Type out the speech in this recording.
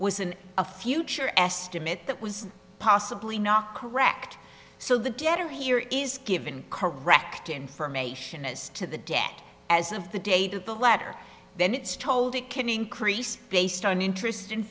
was in a future estimate that was possibly not correct so the debtor here is given correct information as to the debt as of the date of the letter then it's told it can increase based on interest